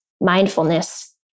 mindfulness